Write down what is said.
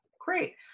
Great